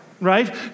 right